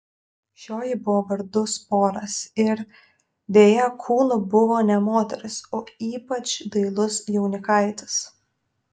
šioji buvo vardu sporas ir deja kūnu buvo ne moteris o ypač dailus jaunikaitis